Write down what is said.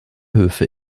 höfe